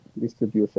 distribution